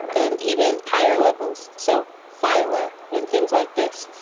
and even higher levels, so phyla and things like this,